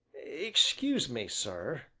excuse me, sir,